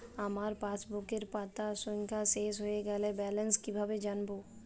আমার পাসবুকের পাতা সংখ্যা শেষ হয়ে গেলে ব্যালেন্স কীভাবে জানব?